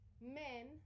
men